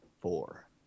Four